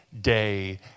day